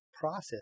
process